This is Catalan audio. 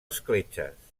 escletxes